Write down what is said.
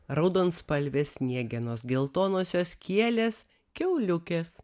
raudonspalvės sniegenos geltonosios kielės kiauliukės